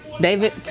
David